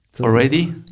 Already